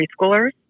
preschoolers